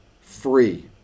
Free